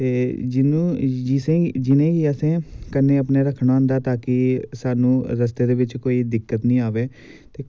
ते जि'नेंगी असें कन्नै अपने रक्खना होंदा ता कि स्हानू कोई रस्ते दे बिच दिक्कत निं आवै